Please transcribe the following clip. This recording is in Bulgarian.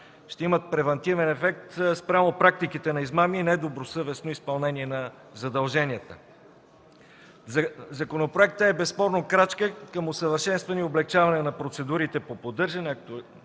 за длъжностни лица, спрямо практиките на измами и недобросъвестно изпълнение на задълженията. Законопроектът безспорно е крачка към усъвършенстване и облекчаване на процедурите по поддържане,